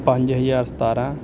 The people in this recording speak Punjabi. ਪੰਜ ਹਜ਼ਾਰ ਸਤਾਰਾਂ